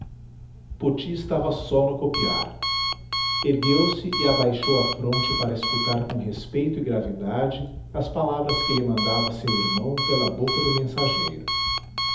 poti estava só no copiar ergueu-se e abaixou a fronte para escutar com respeito e gravidade as palavras que lhe mandava seu irmão pela boca do mensageiro